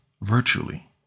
virtually